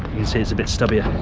see it's a bit stubbier,